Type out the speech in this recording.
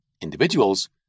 individuals